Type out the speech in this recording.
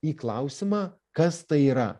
į klausimą kas tai yra